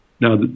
Now